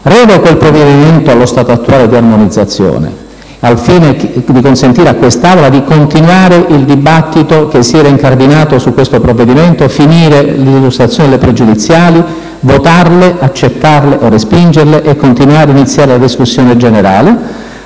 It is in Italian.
revoco il provvedimento di armonizzazione, al fine di consentire all'Aula di continuare il dibattito che si era incardinato su questo provvedimento, di terminare l'illustrazione delle questioni pregiudiziali, votarle, accettarle o respingerle, e continuare iniziando la discussione generale.